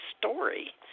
story